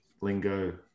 lingo